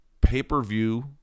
pay-per-view